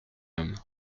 homme